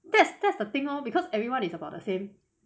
that's that's the thing lor because everyone is about the same